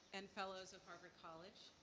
and fellows of harvard college,